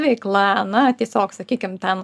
veikla na tiesiog sakykim ten